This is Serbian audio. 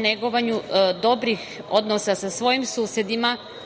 negovanju dobrih odnosa sa svojim susedima